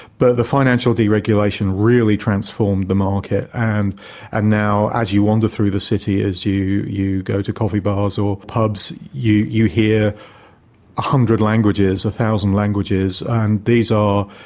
but the financial deregulation really transformed the market, and and now as you wander through the city, as you you go to coffee bars or pubs, you you hear a hundred languages, a thousand languages and these are